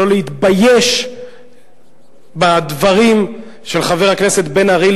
שלא להתבייש בדברים של חבר הכנסת בן-ארי.